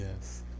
yes